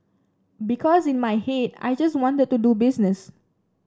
because in my head I just wanted to do business